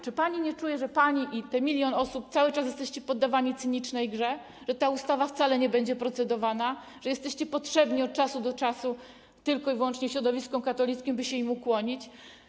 Czy pani nie czuje, że pani i ten 1 mln osób cały czas jesteście poddawani cynicznej grze, że nad tą ustawą wcale nie będzie się procedować, że jesteście potrzebni od czasu do czasu wyłącznie środowiskom katolickim, by się im ukłonić?